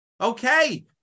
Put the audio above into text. Okay